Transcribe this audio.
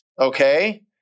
Okay